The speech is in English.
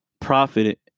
profit